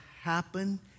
happen